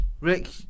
Rick